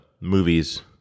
movies